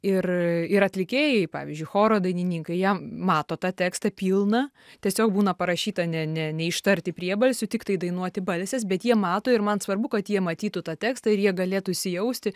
ir ir atlikėjai pavyzdžiui choro dainininkai jie mato tą tekstą pilną tiesiog būna parašyta ne ne neištarti priebalsių tiktai dainuoti balses bet jie mato ir man svarbu kad jie matytų tą tekstą ir jie galėtų įsijausti